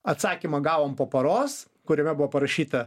atsakymą gavom po paros kuriame buvo parašyta